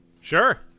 Sure